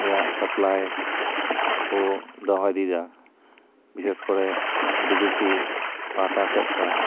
ᱨᱮᱭᱟᱜ ᱥᱟᱯᱷᱟᱞᱟᱭ ᱠᱚ ᱫᱚᱦᱚ ᱤᱫᱤᱭᱮᱫᱟ ᱵᱤᱥᱮᱥ ᱠᱚᱨᱮ ᱰᱤᱵᱷᱤᱥᱤ ᱯᱟᱦᱟᱴᱟ ᱥᱮᱫ ᱠᱷᱚᱱ